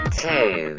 two